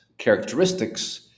characteristics